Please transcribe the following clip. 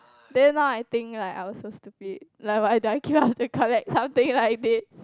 then now I think like I was so stupid like why do I queue up to collect something like this